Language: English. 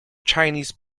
chinese